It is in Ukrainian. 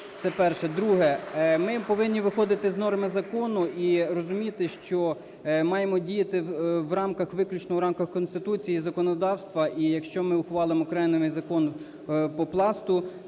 Це перше. Друге. Ми повинні виходити з норми закону і розуміти, що маємо діяти виключно в рамках Конституції і законодавства. І якщо ми ухвалимо окремий Закон по Пласту,